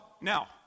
Now